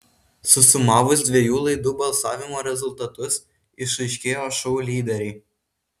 susumavus dviejų laidų balsavimo rezultatus išaiškėjo šou lyderiai